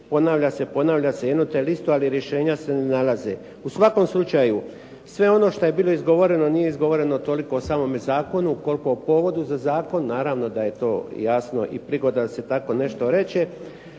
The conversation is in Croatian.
ponavlja se, ponavlja se jedno te isto, a rješenja se ne nalaze. U svakom slučaju, sve ono što je bilo izgovoreno nije izgovoreno toliko o samome zakonu, koliko o povodu za zakon. Naravno da je to jasno i prigoda da se tako nešto reče,